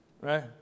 Right